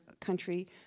country